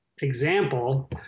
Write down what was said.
example